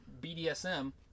BDSM